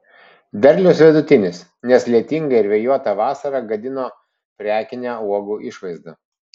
derlius vidutinis nes lietinga ir vėjuota vasara gadino prekinę uogų išvaizdą